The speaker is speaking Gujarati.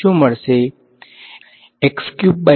વિદ્યાર્થી x ક્યુબ બાય 6